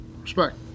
respect